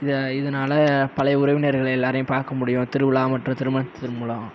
இதை இதனால பழைய உறவினர்கள் எல்லாேரையும் பார்க்க முடியும் திருவிழா மற்றும் திருமணத்தின் மூலம்